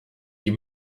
die